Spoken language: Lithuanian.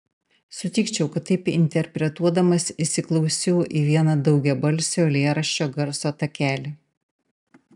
sutikčiau kad taip interpretuodamas įsiklausiau į vieną daugiabalsio eilėraščio garso takelį